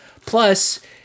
Plus